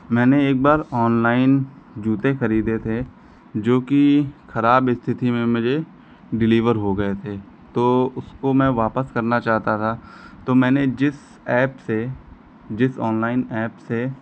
मैंने एक बार ऑनलाइन जूते खरीदे थे जो कि खराब स्थिति में मुझे डिलीवर हो गए थे तो उसको मैं वापस करना चाहता था तो मैंने जिस ऐप से जिस ऑनलाइन ऐप से